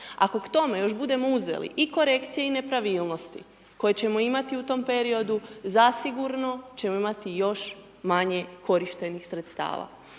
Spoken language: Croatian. Ako k tome budemo još uzeli i korekcije i nepravilnosti koje ćemo imati u tom periodu, zasigurno ćemo imati još manje korištenih sredstava.